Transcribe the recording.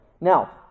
Now